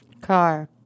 Car